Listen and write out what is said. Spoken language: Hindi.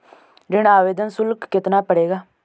ऋण आवेदन शुल्क कितना पड़ेगा?